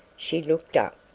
she looked up.